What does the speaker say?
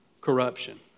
corruption